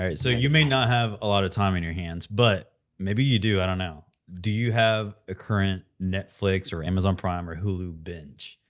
so you may not have a lot of time on your hands, but maybe you do. i don't know. do you have a current netflix or amazon prime or hulu binge?